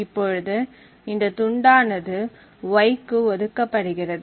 இப்பொழுது இந்த துண்டானது y க்கு ஒதுக்கப்படுகிறது